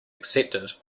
accepted